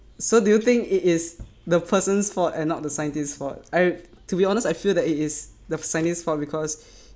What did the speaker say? so do you think it is the persons fault and not the scientists fault I to be honest I feel that it is the scientist's fault because